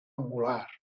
angular